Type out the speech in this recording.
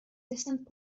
distant